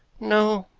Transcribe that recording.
no.